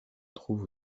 trouve